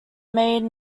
made